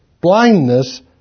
blindness